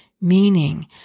Meaning